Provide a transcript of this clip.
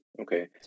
Okay